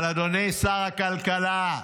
אבל, אדוני שר הכלכלה,